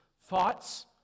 Thoughts